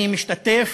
אני משתתף